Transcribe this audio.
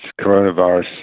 coronavirus